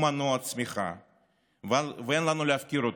הוא מנוע הצמיחה ואין לנו להפקיר אותו.